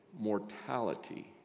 mortality